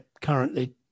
currently